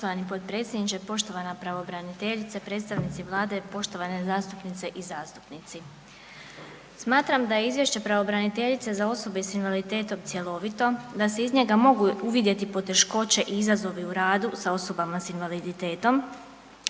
Poštovani potpredsjedniče, poštovana pravobraniteljice, predstavnici Vlade, poštovane zastupnice i zastupnici, smatram da je Izvješće pravobraniteljice za osobe s invaliditetom cjelovito, da se iz njega mogu uvidjeti poteškoće i izazovi u radu sa osobama sa invaliditetom,